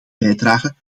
bijdragen